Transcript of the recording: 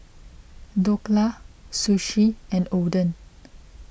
Dhokla Sushi and Oden